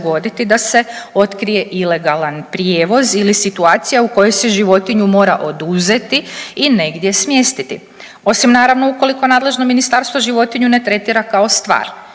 da se otkrije ilegalan prijevoz ili situacija u kojoj se životinju mora oduzeti i negdje smjestiti osim naravno ukoliko nadležno ministarstvo životinju ne tretira kao stvar.